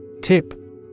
Tip